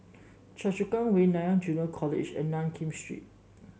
Choa Chu Kang Way Nanyang Junior College and Nankin Street